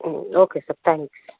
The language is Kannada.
hmm okay sir thanks